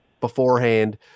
beforehand